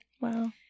Wow